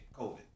COVID